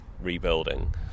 rebuilding